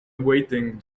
awaiting